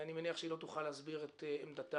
ואני מניח שהיא לא תוכל להסביר את עמדתה.